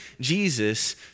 Jesus